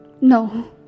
No